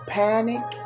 panic